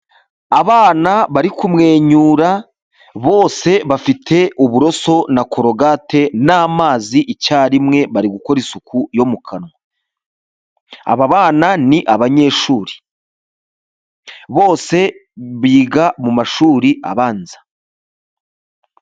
Abana bari kumwenyura, bose bafite uburoso na korogate n'amazi icyarimwe, bari gukora isuku yo mu kanwa, aba bana ni abanyeshuri, bose biga mu mashuri abanza.